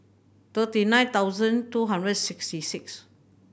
thirty nine thousand two hundred sixty six